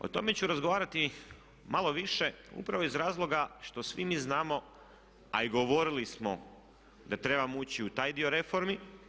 O tome ću razgovarati malo više upravo iz razlog što svi mi znamo a i govorili smo da trebamo ući u taj dio reformi.